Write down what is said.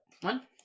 One